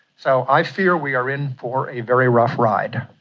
so i fear we are in for a very rough ride.